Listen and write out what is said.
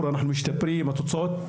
אנחנו גוררים את העגלה,